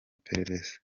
iperereza